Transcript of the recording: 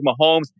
Mahomes